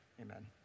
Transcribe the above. amen